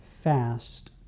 fast